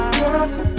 girl